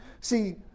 See